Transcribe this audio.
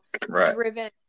driven